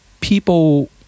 people